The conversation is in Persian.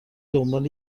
دنبال